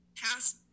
pass